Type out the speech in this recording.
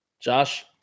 Josh